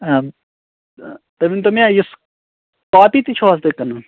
ٲں تُہۍ ؤنۍ تو مےٚ یُس کاپی تہِ چھُو حظ تُہۍ کٕنن